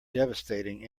devastating